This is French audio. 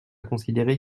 considérer